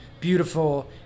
beautiful